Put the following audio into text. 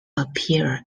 appear